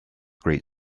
great